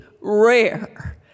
rare